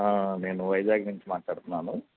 నేను వైజాగ్ నుంచి మాట్లాడుతున్నాను